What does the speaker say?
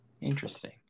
Interesting